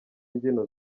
imbyino